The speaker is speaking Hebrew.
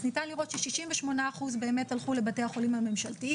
אז ניתן לראות ש-68% באמת הלכו לבתי החולים הממשלתיים,